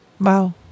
Wow